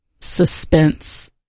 suspense